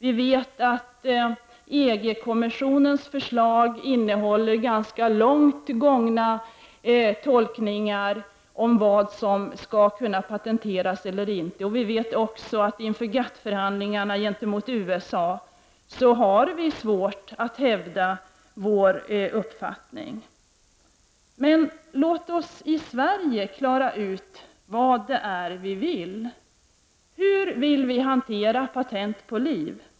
Vi vet att EG-kommissionens förslag innehåller ganska långt gångna tolkningar om vad som skall kunna patenteras eller inte. Vi vet också att vi inför GATT-förhandlingarna med USA har svårt att hävda vår uppfattning. Men låt oss i Sverige klara ut vad vi vill. Hur vill vi hantera patent på liv?